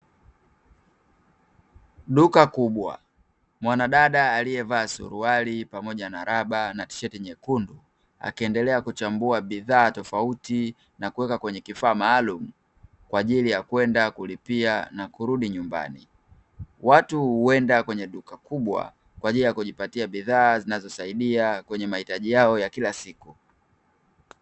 Duka kubwa, mwanadada aliyevaa suruali pamoja na raba na tisheti nyekundu akiendelea kuchambua bidhaa tofauti na kuweka kwenye kifaa maalum kwa ajili ya kwenda kulipia na kurudi nyumbani. Watu huenda kwenye duka kubwa kwa ajili ya kujipatia bidhaa zinazosaidia kwenye mahitaji yao ya kila siku.